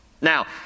Now